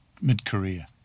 mid-career